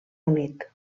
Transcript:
unit